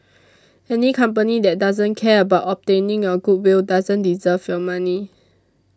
any company that doesn't care about obtaining your goodwill doesn't deserve your money